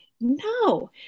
no